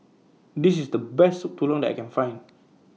This IS The Best Soup Tulang that I Can Find